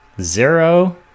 zero